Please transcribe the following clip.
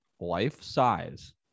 life-size